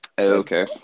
Okay